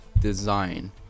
design